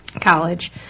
College